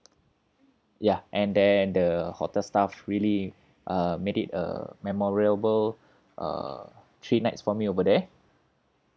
ya and then the hotel staff really uh made it a memorable uh three nights for me over there